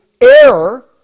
error